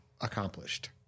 accomplished